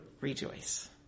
rejoice